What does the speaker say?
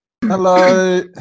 Hello